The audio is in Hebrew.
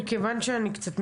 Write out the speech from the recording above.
שוב,